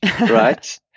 right